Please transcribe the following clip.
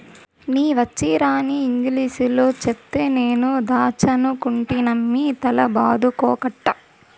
నీ వచ్చీరాని ఇంగిలీసులో చెప్తే నేను దాచ్చనుకుంటినమ్మి తల బాదుకోకట్టా